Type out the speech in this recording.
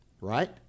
right